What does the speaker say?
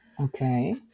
Okay